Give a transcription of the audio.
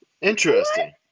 Interesting